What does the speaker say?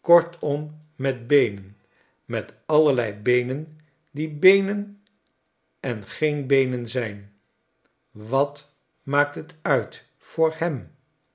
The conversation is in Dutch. kortom met beenen met allerlei beenen die beenen en geen beenen zijn wat maakt dat uit voor hem